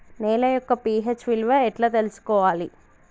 నేల యొక్క పి.హెచ్ విలువ ఎట్లా తెలుసుకోవాలి?